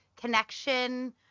connection